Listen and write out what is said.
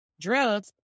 drugs